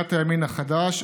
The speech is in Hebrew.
סיעת הימין החדש,